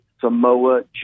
Samoa